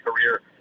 career